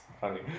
funny